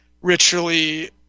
ritually